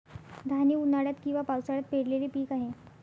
धान हे उन्हाळ्यात किंवा पावसाळ्यात पेरलेले पीक आहे